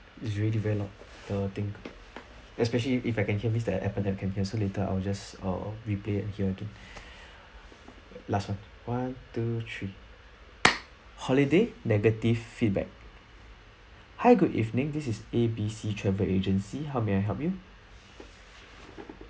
is really very loud the thing especially if I can hear means the Appen app can hear so later I'll just err replay and hear again last [one] one two three holiday negative feedback hi good evening this is A B C travel agency how may I help you